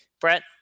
Brett